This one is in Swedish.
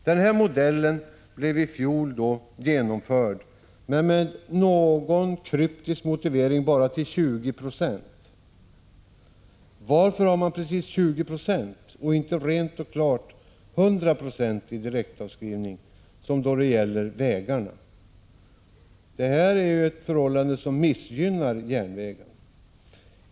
Denna modell genomfördes i fjol, men med någon kryptisk motivering genomfördes den bara till 20 96. Varför har man valt just 20 90 och inte rent och klart 100 96 direktavskrivningar som gäller för vägarna? Detta förhållande missgynnar järnvägen.